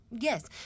Yes